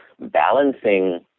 balancing